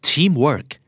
Teamwork